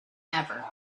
ever